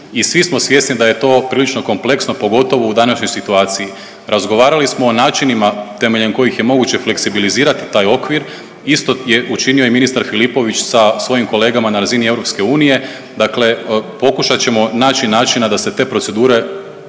i svi smo svjesni da je to prilično kompleksno, pogotovo u današnjoj situaciji. Razgovarali smo o načinima temeljem kojih je moguće fleksibilizirati taj okvir, isto je učinio i ministar Filipović sa svojim kolegama na razini EU, dakle pokušat ćemo naći načina da se te procedure